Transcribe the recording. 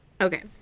Okay